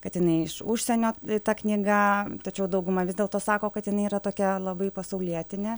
kad jinai iš užsienio ta knyga tačiau dauguma vis dėlto sako kad jinai yra tokia labai pasaulietinė